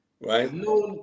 Right